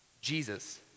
Jesus